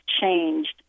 changed